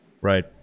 Right